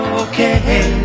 okay